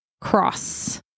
cross